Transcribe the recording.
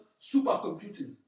supercomputing